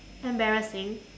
embarrassing